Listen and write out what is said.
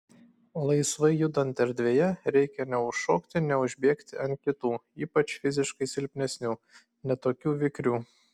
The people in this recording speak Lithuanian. laisvai judant erdvėje reikia neužšokti neužbėgti ant kitų ypač fiziškai silpnesnių ne tokių vikrių